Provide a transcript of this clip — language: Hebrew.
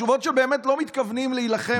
תשובות שבאמת לא מתכוונים להילחם בטרור.